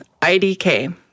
IDK